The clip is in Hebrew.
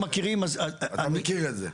אתה מכיר את זה.